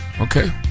Okay